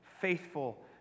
faithful